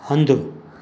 हंधु